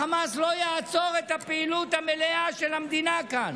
החמאס לא יעצור את הפעילות המלאה של המדינה כאן.